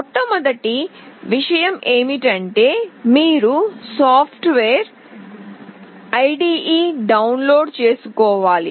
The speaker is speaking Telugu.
మొట్టమొదటి విషయం ఏమిటంటే మీరు సాఫ్ట్వేర్ ఐడిఇని డౌన్లోడ్ చేసుకోవాలి